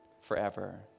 forever